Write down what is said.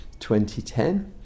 2010